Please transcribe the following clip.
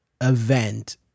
event